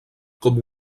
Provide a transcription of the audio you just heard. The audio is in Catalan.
com